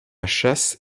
chasse